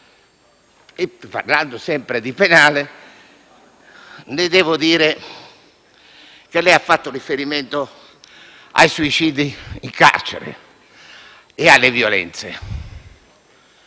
Parlando sempre di penale, lei ha fatto riferimento ai suicidi in carcere e alle violenze.